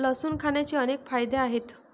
लसूण खाण्याचे अनेक फायदे आहेत